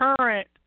current